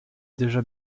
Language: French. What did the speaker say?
déjà